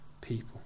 people